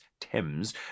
Thames